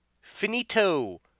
Finito